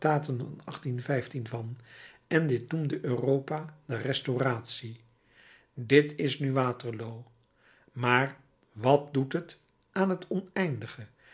tractaten van van en dit noemde europa de restauratie dit is nu waterloo maar wat doet het aan t oneindige